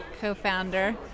co-founder